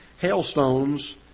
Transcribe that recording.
hailstones